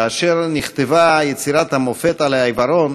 כאשר נכתבה יצירת המופת "על העיוורון",